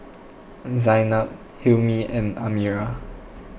Zaynab Hilmi and Amirah